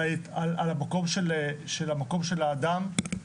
על המקום של האדם,